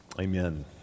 Amen